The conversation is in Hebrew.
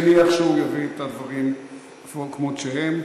-- אני מניח שהוא יביא את הדברים כמות שהם.